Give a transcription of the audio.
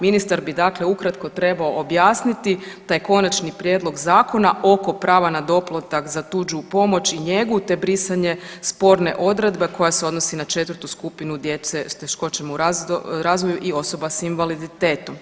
Ministar bi, dakle, ukratko trebao objasniti taj konačni prijedlog zakona oko prava na doplatak za tuđu pomoć i njegu te brisanje sporne odredbe koja se odnosi na 4. skupinu djece s teškoćama u razvoju i osoba s invaliditetom.